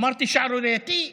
אמרתי שערורייתי?